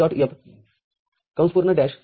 F A